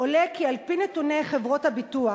עולה כי על-פי נתוני חברות הביטוח,